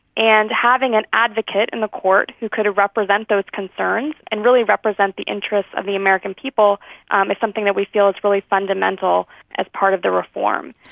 and having an advocate in a court who could represent those concerns and really represent the interests of the american people um is something that we feel is really fundamental as part of the reform.